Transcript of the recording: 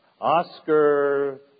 Oscar